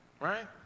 right